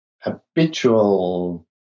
habitual